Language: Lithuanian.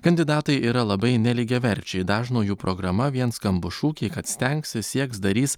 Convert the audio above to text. kandidatai yra labai nelygiaverčiai dažno jų programa vien skambūs šūkiai kad stengsis sieks darys